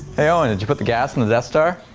hey owen, did you put the gas in the death star?